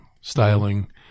styling